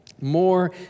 More